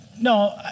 No